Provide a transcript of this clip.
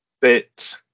bit